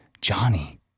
Johnny